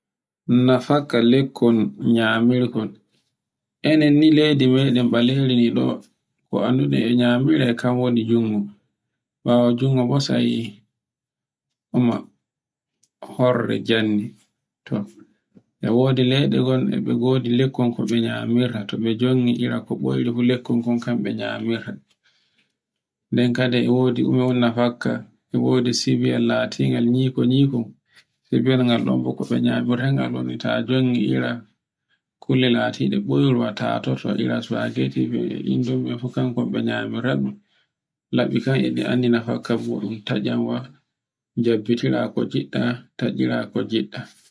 Bafakka lekkol nyamirkol. E nen ni leydi meɗen ɓaleri ndi ɗo ko annduɗen e nyamire kan wonmi jungo, ɓawo jungo bo sai ɗume horde jande, to e wodi leɗe gonɗe wodi lekkol ko ne nyamirta, to be jongi ira ko ɓoyri lekkol fu kabe nyamira, nden kadi e wodi ɗume un kadi no fakka, e wodi sibiyal latingal nyiko-nyuikol. sibiyal ngal ɗo ɓo ke be nyamirta ngal woni ta jongi ira kulle latiɗe ɓoyro ta ton ire spaghetti mbe e indomie fu kan ko ɓe nyamira ɗun labi kan e ɗi anndi na fakka muɗum taccanwa, jabbitira ko ngiɗɗa, taccira ko ngiɗɗa.